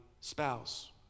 spouse